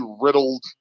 riddled